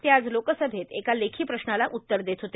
ते आज लोकसभेत एका लेखी प्रश्नाला उत्तर देत होते